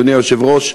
אדוני היושב-ראש.